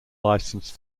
licensed